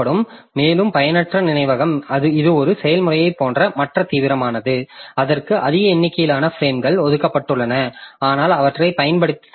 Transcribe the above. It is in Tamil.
மேலும் பயனற்ற நினைவகம் இது ஒரு செயல்முறையைப் போன்ற மற்ற தீவிரமானது அதற்கு அதிக எண்ணிக்கையிலான பிரேம்கள் ஒதுக்கப்பட்டுள்ளன ஆனால் அவற்றைப் பயன்படுத்த முடியவில்லை